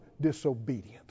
disobedient